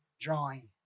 drawing